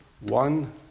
one